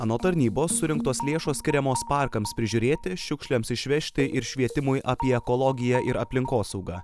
anot tarnybos surinktos lėšos skiriamos parkams prižiūrėti šiukšlėms išvežti ir švietimui apie ekologiją ir aplinkosaugą